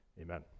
amen